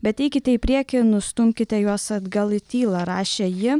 bet eikite į priekį nustumkite juos atgal į tylą rašė ji